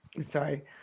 sorry